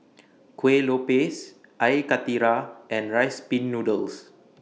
Kuih Lopes Air Karthira and Rice Pin Noodles